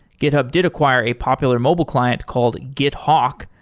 github did acquire a popular mobile client called githawk,